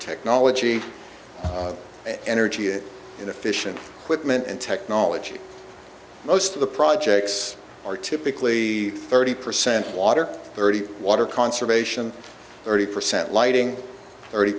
technology energy efficient whitman and technology most of the projects are typically thirty percent water thirty water conservation thirty percent lighting thirty